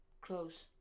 Close